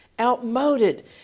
outmoded